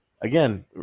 again